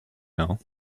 now